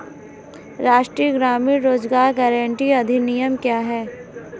राष्ट्रीय ग्रामीण रोज़गार गारंटी अधिनियम क्या है?